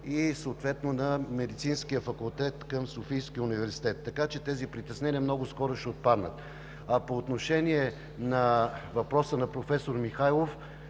на Медицинския факултет към Софийския университет, така че тези притеснения много скоро ще отпаднат. По отношение на въпроса на професор Михайлов